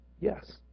Yes